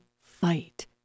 fight